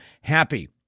happy